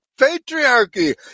patriarchy